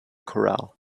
corral